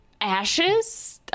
ashes